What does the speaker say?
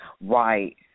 Right